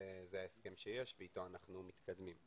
זה ההסכם שיש ואיתו אנחנו מתקדמים.